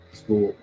school